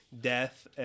death